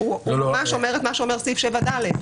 הוא ממש אומר את מה שאומר סעיף 7(ד).